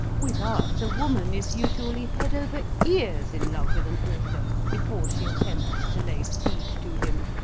with us, a woman is usually head over ears in love with an author before she attempts to lay siege to him.